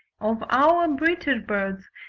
of our british birds,